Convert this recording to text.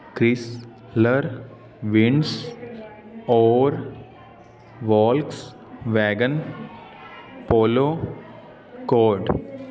Chris ਲਰ ਵਿਨਸ ਔਰ Volkswagen Polo code